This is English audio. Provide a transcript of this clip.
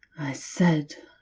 said